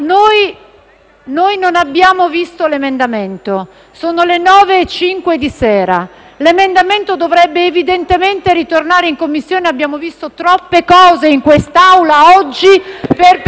noi non abbiamo visto l'emendamento. Sono le 21,05. L'emendamento dovrebbe, evidentemente, ritornare in Commissione. Abbiamo visto troppe cose in quest'Aula oggi per pensare